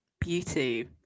Beauty